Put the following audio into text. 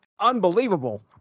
unbelievable